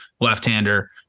Left-hander